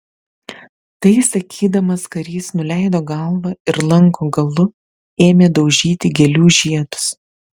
tai sakydamas karys nuleido galvą ir lanko galu ėmė daužyti gėlių žiedus